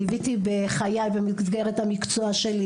ליוויתי בחיי במסגרת המקצוע שלי,